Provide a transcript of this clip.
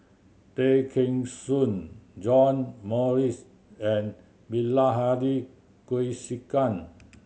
Tay Kheng Soon John Morrice and Bilahari Kausikan